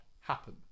happen